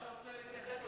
אם אתה רוצה להתייחס,